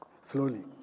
slowly